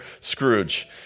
Scrooge